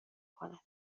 کند